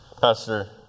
Pastor